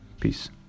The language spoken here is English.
Peace